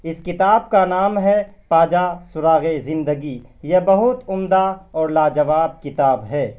اس کتاب کا نام ہے پا جا سراغ زندگی یہ بہت عمدہ اور لاجواب کتاب ہے